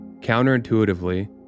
Counterintuitively